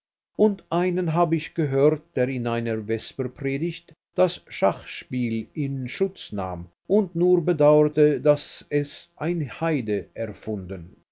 und einen habe ich gehört der in einer vesperpredigt das schachspiel in schutz nahm und nur bedauerte daß es ein heide erfunden